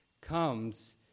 comes